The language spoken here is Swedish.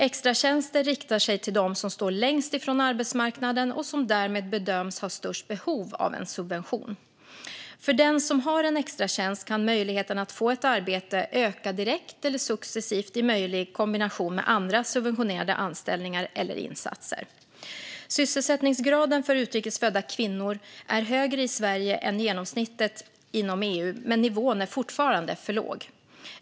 Extratjänster riktar sig till dem som står längst ifrån arbetsmarknaden och som därmed bedöms ha störst behov av en subvention. För den som har en extratjänst kan möjligheten att få ett arbete öka direkt eller successivt i möjlig kombination med andra subventionerade anställningar eller insatser. Sysselsättningsgraden för utrikes födda kvinnor är högre i Sverige än genomsnittet inom EU, men nivån är fortfarande för låg.